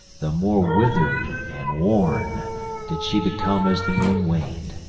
the more withered and worn did she become as the moon waned.